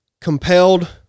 compelled